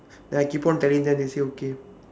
then I keep on telling then they say okay